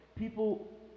people